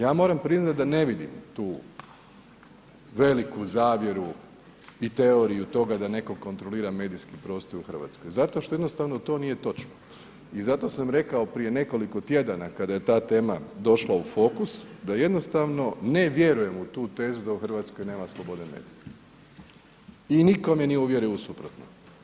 Ja moram priznat da ne vidim tu veliku zavjeru i teoriju toga da netko kontrolira medijski prostor u RH, zato što jednostavno to nije točno i zato sam rekao prije nekoliko tjedana kada je ta tema došla u fokus da jednostavno ne vjerujem u tu tezu da u RH nema slobode medija i nitko me nije uvjerio u suprotno.